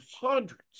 hundreds